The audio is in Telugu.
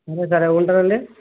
సరే సరే ఉంటాను అండి